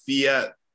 fiat